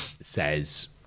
says